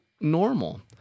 normal